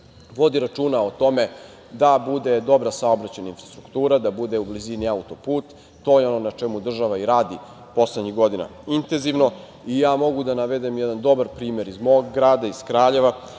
vodi računa o tome da bude dobra saobraćajna infrastruktura, da bude u blizini auto-put, to je ono na čemu država i radi poslednjih godina intenzivno. Mogu da navedem jedan dobar primer iz mog grada, iz Kraljeva,